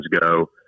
go